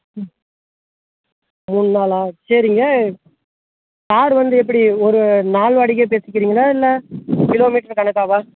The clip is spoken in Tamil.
ம் மூணு நாளாக சரிங்க கார் வந்து எப்படி ஒரு நாள் வாடகையாக பேசிக்கிறீங்களா இல்லை கிலோ மீட்டரு கணக்கவா